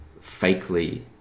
fakely